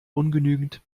ungenügend